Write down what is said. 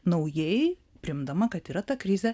naujai priimdama kad yra ta krizė